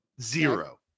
Zero